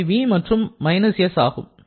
அவை V மற்றும் -S ஆகும்